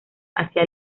hacia